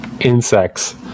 insects